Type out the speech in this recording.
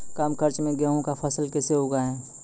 कम खर्च मे गेहूँ का फसल कैसे उगाएं?